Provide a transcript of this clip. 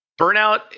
Burnout